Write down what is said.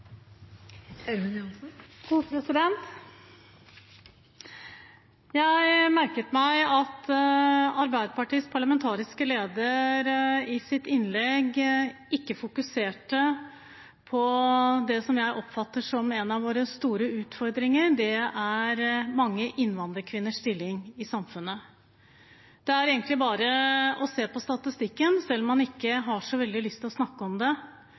det som jeg oppfatter som en av våre store utfordringer, mange innvandrerkvinners stilling i samfunnet. Det er egentlig bare å se på statistikken. Selv om man ikke har så veldig lyst til å snakke om det,